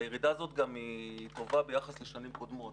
הירידה הזאת גם טובה ביחס לשנים קודמות,